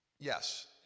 Yes